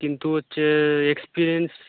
কিন্তু হচ্ছে এক্সপিরিয়েন্স